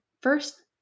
First